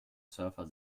surfer